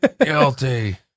guilty